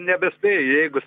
nebespėju jeigu